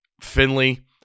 Finley